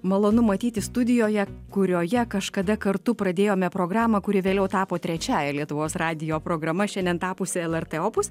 malonu matyti studijoje kurioje kažkada kartu pradėjome programą kuri vėliau tapo trečiąja lietuvos radijo programa šiandien tapusi lrt opus